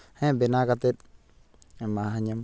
ᱦᱮᱸ ᱵᱮᱱᱟᱣ ᱠᱟᱛᱮᱫ ᱮᱢᱟᱦᱟᱹᱧᱟᱹᱢ